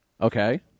Okay